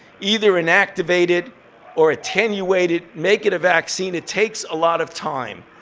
either inactivated or attenuated, make it a vaccine it takes a lot of time.